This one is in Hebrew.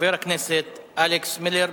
חבר הכנסת אלכס מילר.